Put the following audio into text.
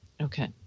Okay